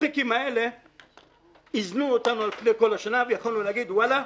ה"פיקים" האלה איזנו אותנו על פני כל השנה ויכולנו להגיד: יאללה,